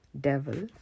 devil